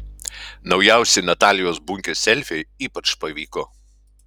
naujausi natalijos bunkės selfiai ypač pavyko